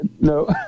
no